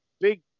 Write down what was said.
Big